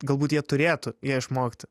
galbūt jie turėtų ją išmokti